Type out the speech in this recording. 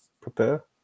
prepare